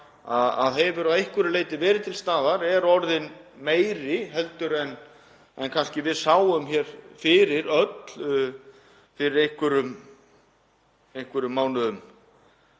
sem hefur að einhverju leyti verið til staðar er orðinn meiri en við sáum hér fyrir, öll, fyrir einhverjum mánuðum